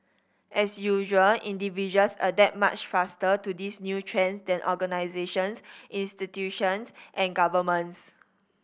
as usual individuals adapt much faster to these new trends than organisations institutions and governments